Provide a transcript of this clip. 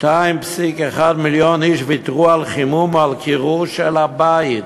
2.1 מיליון איש ויתרו על חימום או על קירור של הבית,